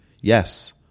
yes